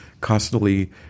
constantly